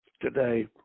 today